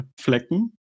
flecken